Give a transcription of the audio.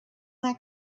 their